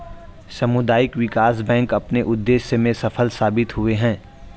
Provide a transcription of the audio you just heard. सामुदायिक विकास बैंक अपने उद्देश्य में सफल साबित हुए हैं